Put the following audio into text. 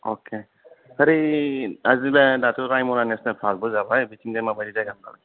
अके आरे दाथ' रायम'ना नेसनेल पार्कबो जाबाय बिदिनो माबायदि जायगाफ्रा